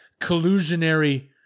collusionary